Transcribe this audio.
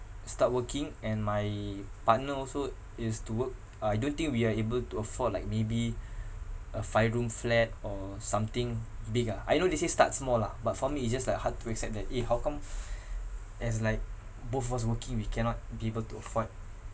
start working and my partner also is to work uh I don't think we are able to afford like maybe a five room flat or something big ah I know they say start small lah but for me it's just like hard to accept that eh how come it's like both of us working we cannot be able to afford